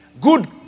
good